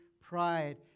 pride